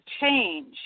change